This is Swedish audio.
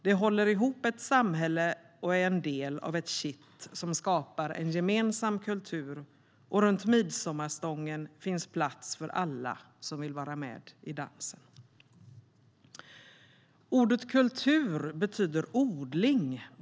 De håller ihop ett samhälle och är en del av ett kitt som skapar en gemensam kultur, och runt midsommarstången finns plats för alla som vill vara med i dansen. Ordet kultur betyder odling.